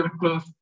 close